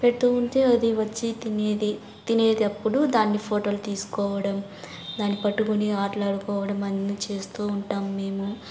పెడుతు ఉంటే అది వచ్చి తినేది తినేటప్పుడు దాని ఫోటోలు తీసుకోవడం దాన్ని పట్టుకొని ఆడుకోవడం అన్నీ చేస్తు ఉంటాం మేము